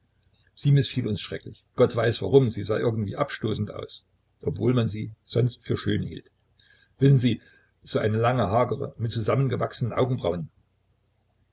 sie mißfiel uns schrecklich gott weiß warum sie sah irgendwie abstoßend aus obwohl man sie sonst für schön hielt wissen sie so eine lange hagere mit zusammengewachsenen augenbrauen